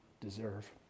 deserve